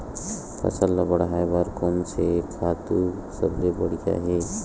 फसल ला बढ़ाए बर कोन से खातु सबले बढ़िया हे?